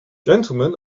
gentlemen